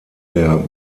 der